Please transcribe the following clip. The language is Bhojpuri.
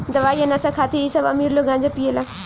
दवाई आ नशा खातिर इ सब अमीर लोग गांजा पियेला